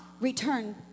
return